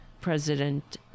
President